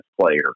player